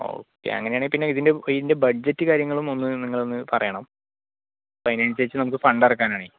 okay അങ്ങനെയാണെങ്കിൽപ്പിന്നെ ഇതിൻ്റെ ഇതിൻ്റെ ബഡ്ജറ്റ് കാര്യങ്ങളും ഒന്ന് നിങ്ങളൊന്ന് പറയണം അപ്പോൾ അതിനനുസരിച്ച് നമുക്ക് ഫണ്ട് ഇറക്കാനാണേ